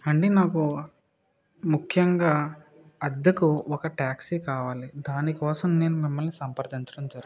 అండి నాకు ముఖ్యంగా అద్దెకు ఒక టాక్సీ కావాలి దాని కోసం నేను మిమ్మల్ని సంప్రదించడం జరిగింది